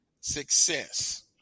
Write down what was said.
success